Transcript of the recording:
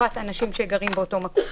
פרט לאנשים שגרים באותו מקום.